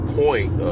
point